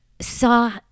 saw